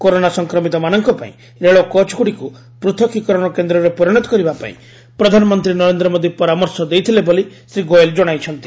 corona ସଂକ୍ରମିତମାନଙ୍କ ପାଇଁ ରେଳକୋଚ୍ଗୁଡ଼ିକୁ ପୃଥକୀକରଣ କେନ୍ଦ୍ରରେ ପରିଣତ କରିବା ପାଇଁ ପ୍ରଧାନମନ୍ତ୍ରୀ ନରେନ୍ଦ୍ର ମୋଦୀ ପରାମର୍ଶ ଦେଇଥିଲେ ବୋଲି ଶ୍ରୀ ଗୋଏଲ୍ ଜଣାଇଛନ୍ତି